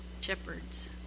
shepherds